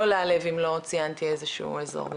לא העלב אם לא ציינתי איזשהו אזור בבקשה.